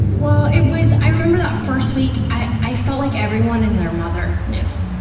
well, it was, i remember that first week, i i felt like everyone and their mother knew,